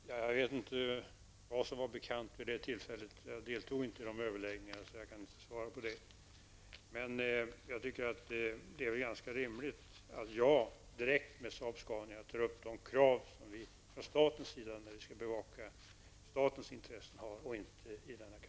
Fru talman! Jag vet inte vad som var bekant vid det tillfället. Jag deltog inte i de överläggningarna, så jag kan inte svara på det. Jag tycker dock att det är ganska rimligt att jag direkt med Saab-Scania och inte här i kammaren tar upp de krav som vi från staten vill bevaka.